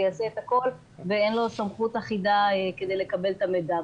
ואין לו סמכות אחידה כדי לקבל את המידע.